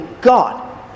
God